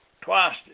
twice